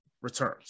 returns